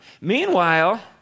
Meanwhile